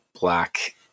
black